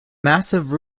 massive